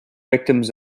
victims